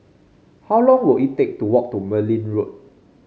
how long will it take to walk to Merryn Road